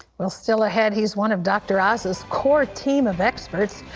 well, still ahead, he is one of dr. oz's core team of experts,